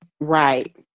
Right